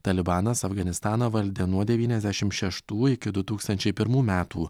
talibanas afganistaną valdė nuo devyniasdešimt šeštų iki du tūkstančiai pirmų metų